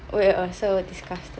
were you also disgusted